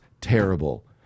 terrible